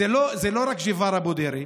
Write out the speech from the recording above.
ג'יפארא בודרי,